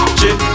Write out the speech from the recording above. chip